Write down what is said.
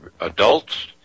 adults